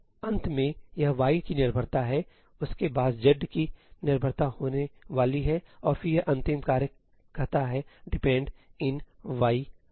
तो अंत में यह y की निर्भरता हैउसके पास z की निर्भरता होने वाली है और फिर यह अंतिम कार्य कहता है dependin y z